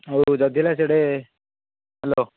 ହଉ ଯଦି ହେଲା ସିଆଡ଼େ ହ୍ୟାଲୋ